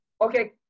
Okay